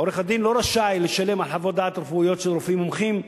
עורך-הדין לא רשאי לשלם על חוות דעת רפואיות של רופאים מומחים.